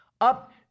up